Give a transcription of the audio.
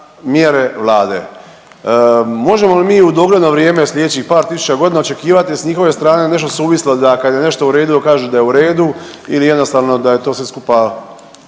mjere Vlade. Možemo li mi u dogledno vrijeme slijedećih par tisuća godina očekivati s njihove strane nešto suvislo da kad je nešto u redu da kažu da je u redu ili jednostavno da je to sve skupa